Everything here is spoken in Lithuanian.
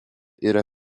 yra